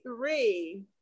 three